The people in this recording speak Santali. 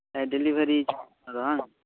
ᱦᱮᱸ ᱰᱮᱞᱤᱵᱷᱟᱨᱤ ᱵᱟᱝ